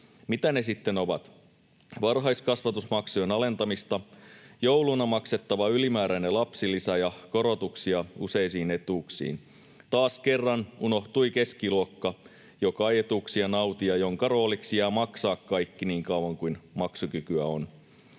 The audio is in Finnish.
Mitä ne sitten ovat? Varhaiskasvatusmaksujen alentamista, jouluna maksettava ylimääräinen lapsilisä ja korotuksia useisiin etuuksiin. Taas kerran unohtui keskiluokka, joka ei etuuksia nauti ja jonka rooliksi jää maksaa kaikki niin kauan kuin maksukykyä on.